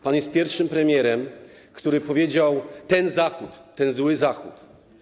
Pan jest pierwszym premierem, który powiedział: ten Zachód, ten zły Zachód.